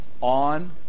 on